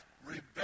rebellion